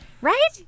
right